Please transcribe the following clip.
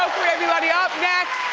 for everybody. up next,